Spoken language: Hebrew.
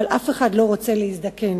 אבל אף אחד לא רוצה להזדקן.